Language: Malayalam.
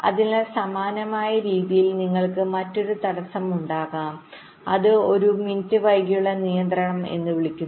അതിനാൽ സമാനമായ രീതിയിൽ നിങ്ങൾക്ക് മറ്റൊരു തടസ്സം ഉണ്ടാകാം അത് ഒരു മിനിറ്റ് വൈകിയുള്ള നിയന്ത്രണം എന്ന് വിളിക്കുന്നു